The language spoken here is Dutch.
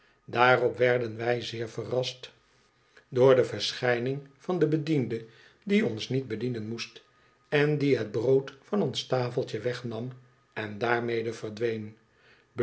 daarop werden wij zeer verrast door de verschijning van den bediende die ons niet bedienen moest en die het brood van ons tafeltje wegnam en daarmede verdween